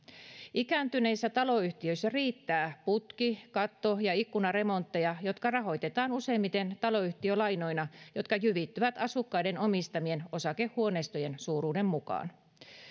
ikääntyneissä taloyhtiöissä riittää putki katto ja ikkunaremontteja jotka rahoitetaan useimmiten taloyhtiölainoina jotka jyvittyvät asukkaiden omistamien osakehuoneistojen suuruuden mukaan